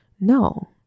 No